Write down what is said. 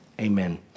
Amen